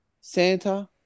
Santa